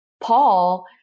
Paul